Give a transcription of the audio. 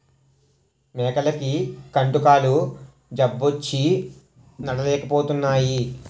మేకలకి కుంటుకాలు జబ్బొచ్చి నడలేపోతున్నాయి